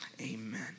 Amen